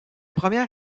premières